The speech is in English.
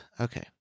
Okay